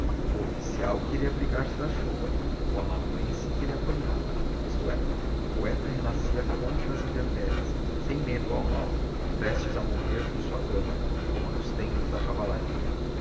oficial queria abrigar-se da chuva o amanuense queria apanhá-la isto é o poeta renascia contra as intempéries sem medo ao mal prestes a morrer por sua dama como nos tempos da cavalaria